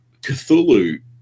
cthulhu